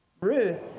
Ruth